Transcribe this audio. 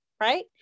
right